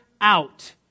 out